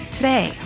today